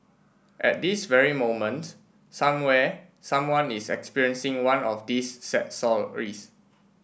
at this very moment somewhere someone is experiencing one of these sad stories